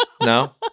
No